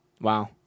Wow